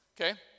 okay